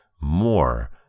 more